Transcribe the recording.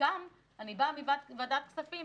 אני באה מוועדת הכספים,